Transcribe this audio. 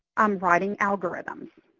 um writing algorithms.